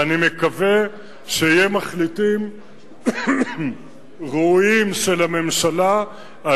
ואני מקווה שתהיה הצעת מחליטים ראויה של הממשלה על